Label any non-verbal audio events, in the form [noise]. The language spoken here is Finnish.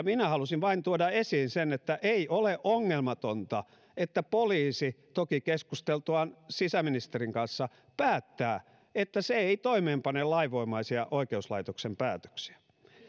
[unintelligible] minä halusin vain tuoda esiin että ei ole ongelmatonta että poliisi toki keskusteltuaan sisäministerin kanssa päättää että se ei toimeenpane lainvoimaisia oikeuslaitoksen päätöksiä